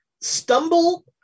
stumble